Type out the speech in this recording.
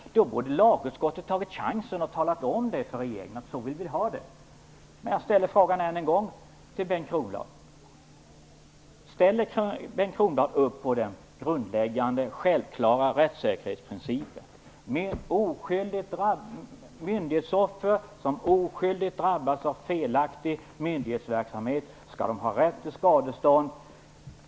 Lagutskottet borde ha tagit chansen och talat om för regeringen att så vill vi ha det. Jag ställer frågan än en gång till Bengt Kronblad: Ställer Bengt Kronblad upp på den grundläggande självklara rättssäkerhetsprincipen att myndighetsoffer som oskyldigt drabbas av felaktig myndighetsverksamhet skall ha rätt till skadestånd?